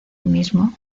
mismo